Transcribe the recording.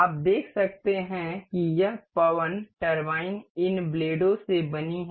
आप देख सकते हैं कि यह पवन टरबाइन इन ब्लेडों से बनी है